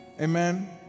Amen